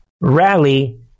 rally